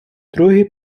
другий